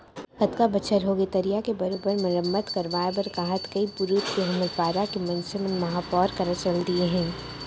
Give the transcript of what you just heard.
कतका बछर होगे तरिया के बरोबर मरम्मत करवाय बर कहत कई पुरूत के हमर पारा के मनसे मन महापौर करा चल दिये हें